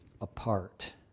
apart